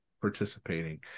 participating